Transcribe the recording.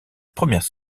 première